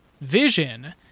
vision